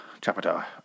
chapter